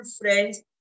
friends